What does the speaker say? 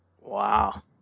wow